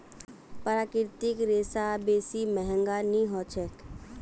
प्राकृतिक रेशा बेसी महंगा नइ ह छेक